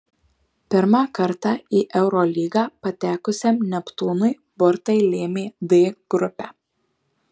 pirmą kartą į eurolygą patekusiam neptūnui burtai lėmė d grupę